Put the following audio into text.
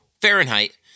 Fahrenheit